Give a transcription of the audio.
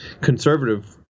conservative